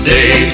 Day